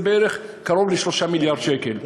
זה קרוב ל-3 מיליארד שקל.